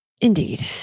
Indeed